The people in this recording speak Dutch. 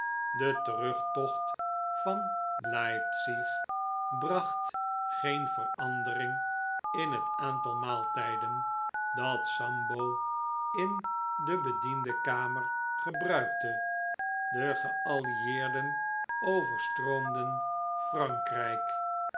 de terugtocht van leipzig bracht geen verandering in het aantal maaltijden dat sambo in de bediendenkamer gebruikte de geallieerden overstroomden frankrijk